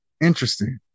interesting